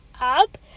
up